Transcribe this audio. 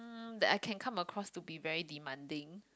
um that I can come across to be very demanding